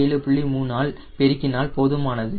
3 ஆல் பெருக்கினால் போதுமானது